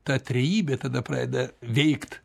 ta trejybė tada pradeda veikt